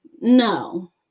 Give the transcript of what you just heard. No